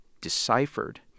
deciphered